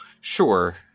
Sure